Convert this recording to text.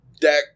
deck